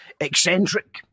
eccentric